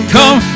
Come